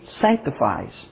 sanctifies